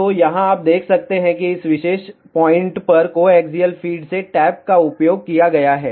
तो यहाँ आप देख सकते हैं कि इस विशेष पॉइंट पर कोएक्सिअल फ़ीड से टैप का उपयोग किया गया है